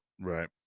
Right